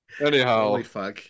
Anyhow